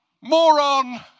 Moron